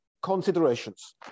considerations